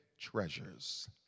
treasures